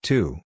Two